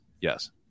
Yes